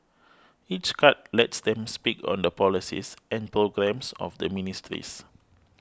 each cut lets them speak on the policies and programmes of the ministries